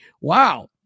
Wow